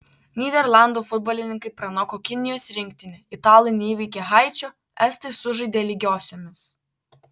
nyderlandų futbolininkai pranoko kinijos rinktinę italai neįveikė haičio estai sužaidė lygiosiomis